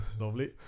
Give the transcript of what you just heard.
Lovely